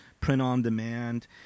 print-on-demand